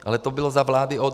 Ale to bylo za vlády ODS.